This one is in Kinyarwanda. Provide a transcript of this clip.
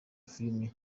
filime